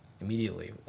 immediately